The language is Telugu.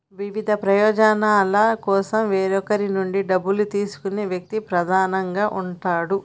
వివిధ ప్రయోజనాల కోసం వేరొకరి నుండి డబ్బు తీసుకునే వ్యక్తి ప్రధానంగా ఉంటాడు